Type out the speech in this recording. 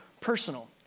personal